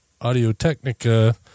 Audio-Technica